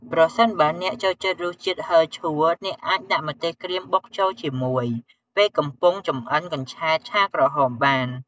ប្រសិនបើអ្នកចូលចិត្តរសជាតិហឹរឆួល អ្នកអាច ដាក់ម្ទេសក្រៀមបុកចូលជាមួយ ពេលកំពុងចម្អិនកញ្ឆែតឆាក្រហមបាន។